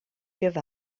give